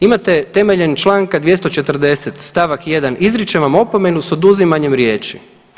Imate temeljem Članka 240. stavak 1. izričem vam opomenu s oduzimanjem riječi.